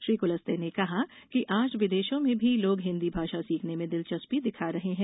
श्री कुलस्ते ने कहा कि आज विदेशों में भी लोग हिन्दी भाषा सीखने में दिलचस्पी दिखा रहे हैं